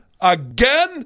again